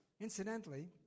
Incidentally